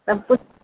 सबकुछ